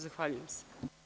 Zahvaljujem se.